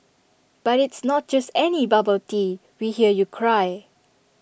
but it's not just any bubble tea we hear you cry